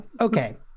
Okay